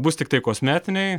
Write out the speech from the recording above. bus tiktai kosmetiniai